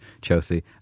Chelsea